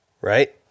right